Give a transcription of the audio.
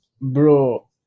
bro